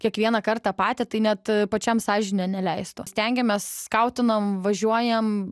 kiekvienąkart tą patį tai net pačiam sąžinė neleistų stengiamės skatinam važiuojam